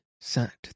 sat